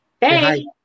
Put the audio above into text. Hey